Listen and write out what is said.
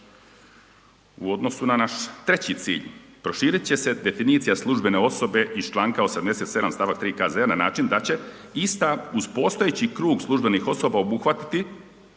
U odnosu na naš treći cilj, proširit će se definicija službene osobe iz članka 87. stavak 3. KZ na način da će ista uz postojeći krug službenih osoba obuhvatiti